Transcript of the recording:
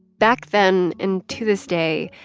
back then and to this day,